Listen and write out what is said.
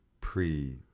pre